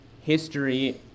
history